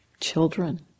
children